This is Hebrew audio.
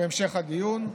בהמשך הדיון.